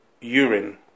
urine